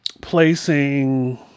placing